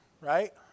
right